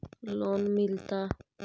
Loan मिलता?